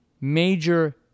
major